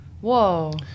Whoa